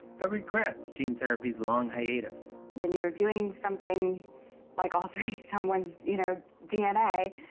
but regrets gene therapy's long hiatus. when you're doing something like altering someone's you know dna,